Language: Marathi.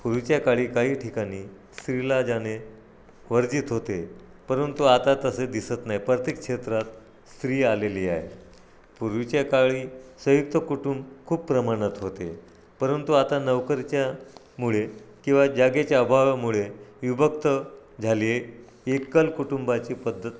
पूर्वीच्या काळी काही ठिकाणी स्त्रीला जाणे वर्जित होते परंतु आता तसे दिसत नाही प्रत्येक क्षेत्रात स्त्री आलेली आहे पूर्वीच्या काळी संयुक्त कुटुंब खूप प्रमाणात होते परंतु आता नोकरीच्यामुळे किंवा जागेच्या अभावामुळे विभक्त झाली एकल कुटुंबाची पद्धत